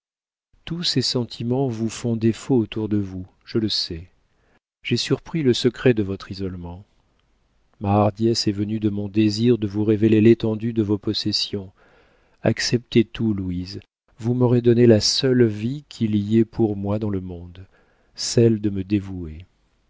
tous ces sentiments vous font défaut autour de vous je le sais j'ai surpris le secret de votre isolement ma hardiesse est venue de mon désir de vous révéler l'étendue de vos possessions acceptez tout louise vous m'aurez donné la seule vie qu'il y ait pour moi dans le monde celle de me dévouer